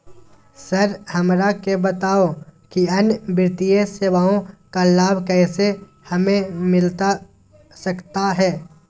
Sir हमरा के बताओ कि अन्य वित्तीय सेवाओं का लाभ कैसे हमें मिलता सकता है?